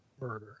murder